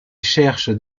cherchent